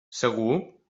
segur